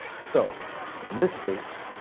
so in this case,